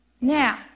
Now